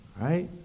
Right